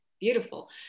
Beautiful